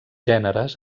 gèneres